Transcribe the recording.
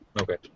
Okay